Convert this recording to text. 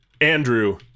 Andrew